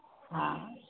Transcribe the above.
हाँ